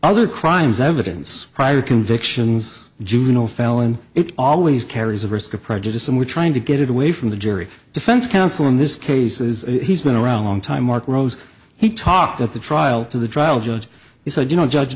other crimes evidence prior convictions juvenile felon it always carries the risk of prejudice and we're trying to get away from the jury defense counsel in this case is he's been around a long time mark rose he talked at the trial to the trial judge he said you know judge